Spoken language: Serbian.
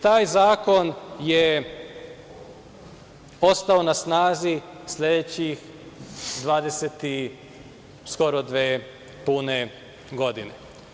Taj zakon je ostao na snazi sledeće skoro 22 pune godine.